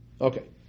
Okay